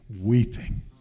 weeping